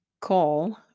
Call